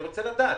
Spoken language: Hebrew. אני רוצה לדעת.